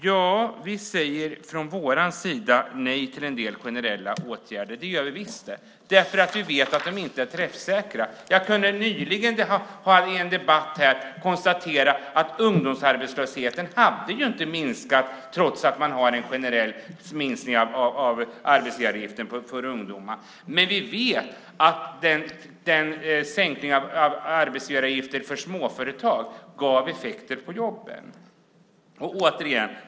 Ja, vi säger från vår sida nej till en del generella åtgärder, det gör vi visst det, därför att vi vet att de inte är träffsäkra. Jag kunde nyligen i en debatt här konstatera att ungdomsarbetslösheten inte har minskat trots den generella minskningen av arbetsgivaravgiften för ungdomar. Men vi vet att sänkningen av arbetsgivaravgifter för småföretag gav effekter för jobben.